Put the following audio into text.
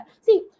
See